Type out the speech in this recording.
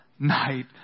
Night